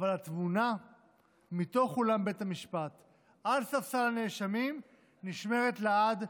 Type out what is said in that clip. אבל התמונה מתוך אולם בית המשפט על ספסל הנאשמים נשמרת לעד,